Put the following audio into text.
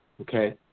okay